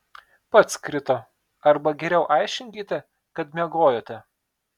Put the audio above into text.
pats krito arba geriau aiškinkite kad miegojote